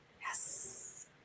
Yes